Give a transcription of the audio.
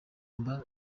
mba